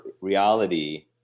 reality